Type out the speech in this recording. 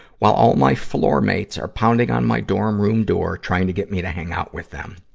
while all my floor mates are pounding on my dorm room door trying to get me to hang out with them.